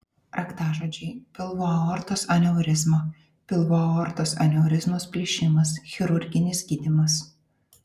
raktažodžiai pilvo aortos aneurizma pilvo aortos aneurizmos plyšimas chirurginis gydymas